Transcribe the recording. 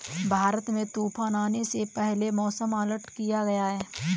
भारत में तूफान आने से पहले मौसम अलर्ट किया गया है